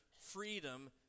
freedom